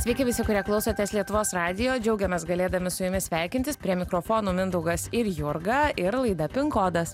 sveiki visų kurie klausotės lietuvos radijo džiaugiamės galėdami su jumis sveikintis prie mikrofono mindaugas ir jurga ir laida pin kodas